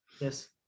Yes